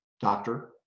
doctor